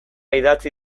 idatzi